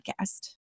podcast